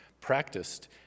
practiced